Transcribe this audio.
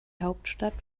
hauptstadt